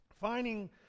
finding